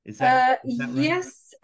Yes